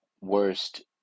worst